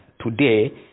today